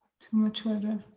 too much water.